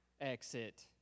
exit